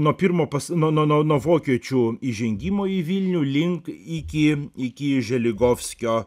nuo pirmo pas nuo nuo nuo vokiečių įžengimo į vilnių link iki iki želigovskio